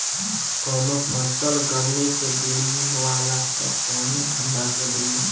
कवनो फसल गर्मी के दिन में बोआला त कवनो ठंडा के दिन में